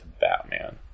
Batman